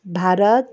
Bharat